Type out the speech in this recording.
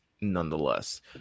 nonetheless